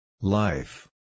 Life